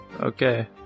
Okay